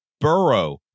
burrow